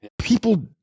people